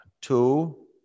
Two